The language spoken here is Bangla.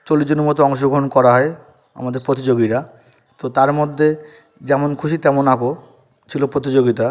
চল্লিশজনের মতো অংশগ্রহণ করা হয় আমাদের প্রতিযোগিরা তো তার মদ্যে যেমন খুশি তেমন আঁকো ছিলো প্রতিযোগিতা